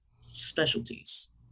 specialties